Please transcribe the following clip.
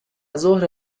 زهره